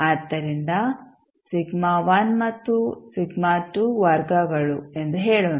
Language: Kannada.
ಆದ್ದರಿಂದ ಮತ್ತು ವರ್ಗಗಳು ಎಂದು ಹೇಳೋಣ